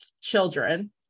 children